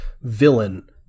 villain